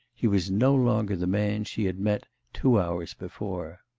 he was no longer the man she had met two hours before.